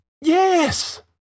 Yes